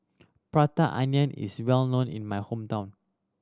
Prata Onion is well known in my hometown